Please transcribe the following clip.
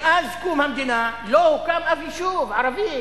מאז קום המדינה לא הוקם אף יישוב ערבי,